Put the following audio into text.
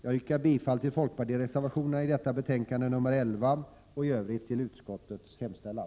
Jag yrkar bifall till folkpartireservationerna i detta betänkande nr 11 och i övrigt till utskottets hemställan.